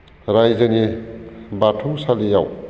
रायजोनि बाथौसालियाव